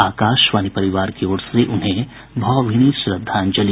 आकाशवाणी परिवार की ओर से उन्हें भावभीनी श्रद्धांजलि